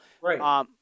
Right